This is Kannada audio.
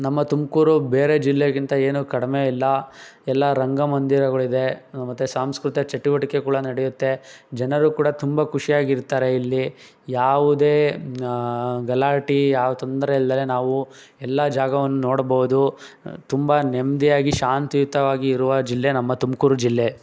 ನಮ್ಮ ತುಮಕೂರು ಬೇರೆ ಜಿಲ್ಲೆಗಿಂತ ಏನೂ ಕಡಿಮೆಯಿಲ್ಲ ಎಲ್ಲ ರಂಗ ಮಂದಿರಗಳು ಇದೆ ಮತ್ತು ಸಂಸ್ಕೃತ ಚಟುವಟಿಕೆ ಕೂಡ ನಡೆಯುತ್ತೆ ಜನರು ಕೂಡ ತುಂಬ ಖುಷಿಯಾಗಿರ್ತಾರೆ ಇಲ್ಲಿ ಯಾವುದೇ ಗಲಾಟೆ ಯಾವ ತೊಂದರೆ ಇಲ್ದಲೆ ನಾವು ಎಲ್ಲ ಜಾಗವನ್ನು ನೋಡ್ಬೌದು ತುಂಬ ನೆಮ್ಮದಿಯಾಗಿ ಶಾಂತಿಯುತವಾಗಿ ಇರುವ ಜಿಲ್ಲೆ ನಮ್ಮ ತುಮಕೂರು ಜಿಲ್ಲೆ